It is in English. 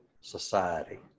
society